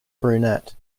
brunette